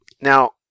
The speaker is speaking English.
Now